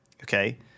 okay